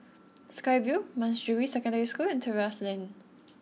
Sky Vue Manjusri Secondary School and Terrasse Lane